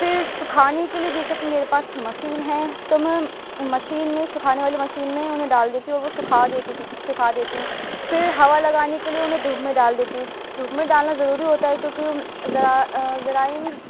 پھر سکھانے کے لیے جیسے کہ میرے پاس مشین ہے تو میں مشین میں سکھانے والی مشین میں انہیں ڈال دیتی ہوں اور وہ سکھا دیتی تھی سکھا دیتی ہوں پھر ہوا لگانے کے لیے انہیں دھوپ میں ڈال دیتی ہوں دھوپ میں ڈالنا ضروری ہوتا ہے کیونکہ جرائم